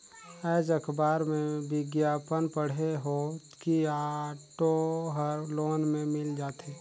आएज अखबार में बिग्यापन पढ़े हों कि ऑटो हर लोन में मिल जाथे